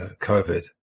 COVID